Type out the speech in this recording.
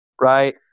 right